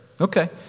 Okay